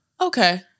okay